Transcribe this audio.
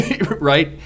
right